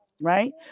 right